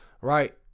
Right